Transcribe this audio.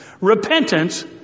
Repentance